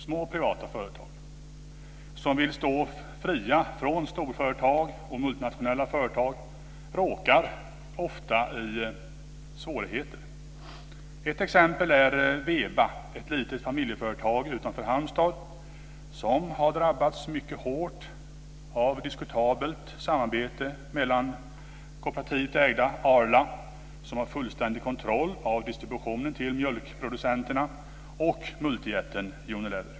Små, privata företag som vill stå fria från storföretag och multinationella företag råkar ofta i svårigheter. Ett exempel är Weba, ett litet familjeföretag utanför Halmstad som har drabbats mycket hårt av diskutabelt samarbete mellan kooperativt ägda Arla, som har fullständig kontroll över distributionen till mjölkproducenterna, och multijätten Unilever.